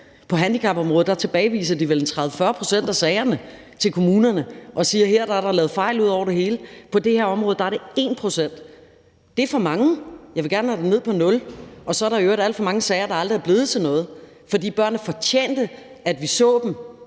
På handicapområdet tilbageviser de vel 30-40 pct. af sagerne til kommunerne og siger: Her er der lavet fejl ud over det hele. På det her område er det 1 pct.! Det er for mange, og jeg vil gerne have det ned på 0 pct., og så er der i øvrigt alt for mange sager, der aldrig er blevet til noget, for børnene fortjente, at vi så dem,